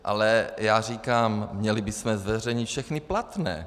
Ale já říkám měli bychom zveřejnit všechny platné.